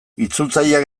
itzultzaileak